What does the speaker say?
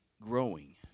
growing